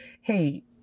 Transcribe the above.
hey